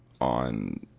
on